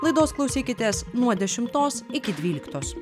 laidos klausykitės nuo dešimtos iki dvyliktos